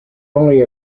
only